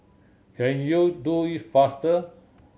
can you do it faster